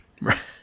Right